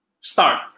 start